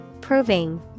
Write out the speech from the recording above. proving